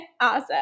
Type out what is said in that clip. Awesome